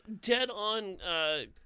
Dead-on